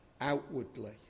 outwardly